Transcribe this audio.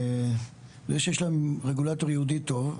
זה שיש להם רגולטור ייעודי טוב,